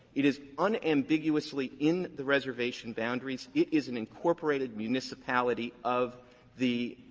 it is unambiguously in the reservation boundaries. it is an incorporated municipality of the